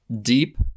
deep